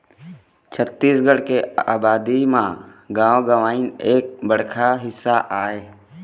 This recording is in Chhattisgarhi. छत्तीसगढ़ के अबादी म गाँव गंवई एक बड़का हिस्सा आय